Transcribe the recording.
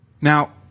Now